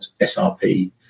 SRP